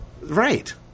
Right